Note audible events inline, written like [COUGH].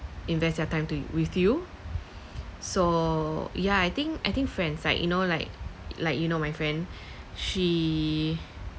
invest their time to with you so ya I think I think friends like you know like like you know my friend [BREATH] she